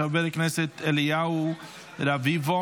של חברי כנסת אליהו רביבו.